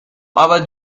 our